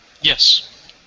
Yes